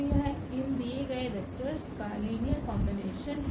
तो यह इन दिए गए वेक्टर्स ं का लीनियर कोम्बिनेशन है